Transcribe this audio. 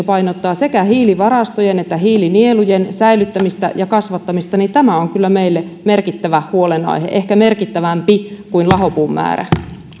painottaa sekä hiilivarastojen että hiilinielujen säilyttämistä ja kasvattamista niin tämä on kyllä meille merkittävä huolenaihe ehkä merkittävämpi kuin lahopuun määrä